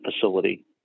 facility